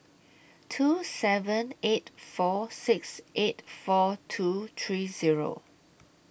two seven eight four six eight four two three Zero